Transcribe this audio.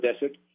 desert